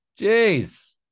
Jeez